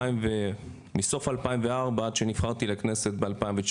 מסוף 2004 ועד שנבחרתי לכנסת ב-2019,